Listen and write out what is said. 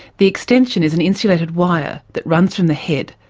the extension is an insulated wire that runs from the head,